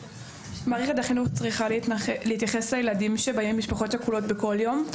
מערכת החינוך צריכה להתייחס לילדים שבאים ממשפחות שכולות בכל יום,